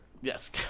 Yes